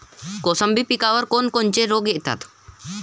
मोसंबी पिकावर कोन कोनचे रोग येतात?